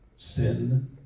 Sin